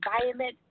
environment